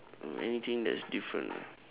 anything that's different